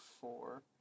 four